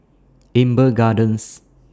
Amber Gardens